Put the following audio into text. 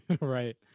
Right